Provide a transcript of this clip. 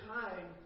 time